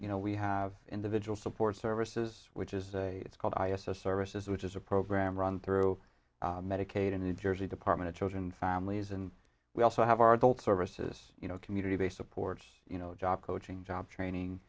you know we have individual support services which is it's called i assist services which is a program run through medicaid in the jersey department of children and families and we also have our adult services you know community they support you know job coaching job